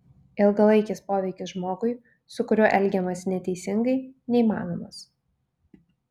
ilgalaikis poveikis žmogui su kuriuo elgiamasi neteisingai neįmanomas